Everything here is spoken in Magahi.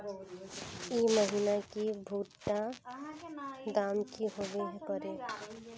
ई महीना की भुट्टा र दाम की होबे परे?